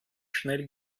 schnell